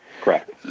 Correct